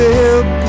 help